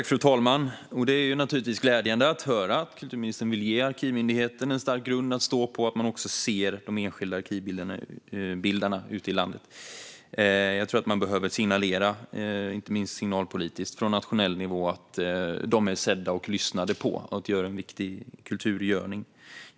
Fru talman! Det är glädjande att höra att kulturministern vill ge arkivmyndigheten en stark grund att stå på och att hon ser de enskilda arkivbildarna ute i landet. Jag tror att man behöver signalera från nationell nivå, inte minst signalpolitiskt, att de är sedda, att de blir lyssnade på och att de gör en viktig kulturgärning.